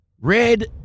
Red